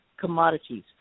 commodities